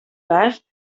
cas